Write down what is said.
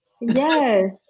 yes